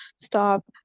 stop